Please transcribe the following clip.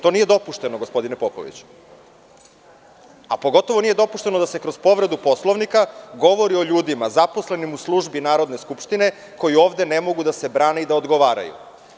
To nije dopušteno, gospodine Popoviću, a pogotovo nije dopušteno da se kroz povredu Poslovnika govori o zaposlenima u Službi Narodne skupštine, koji ovde ne mogu da se brane i da odgovaraju.